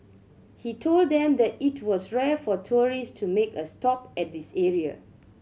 he told them that it was rare for tourist to make a stop at this area